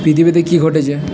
পৃথিবীতে কী ঘটেছে